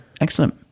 excellent